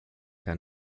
der